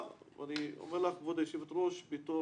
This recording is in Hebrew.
אני אומר לך כבוד היושבת ראש בתור